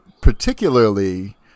particularly